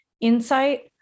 insight